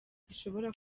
zishobora